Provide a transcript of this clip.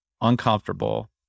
uncomfortable